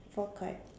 four card